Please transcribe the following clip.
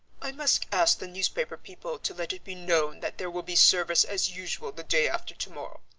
i must ask the newspaper people to let it be known that there will be service as usual the day after tomorrow,